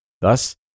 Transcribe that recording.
Thus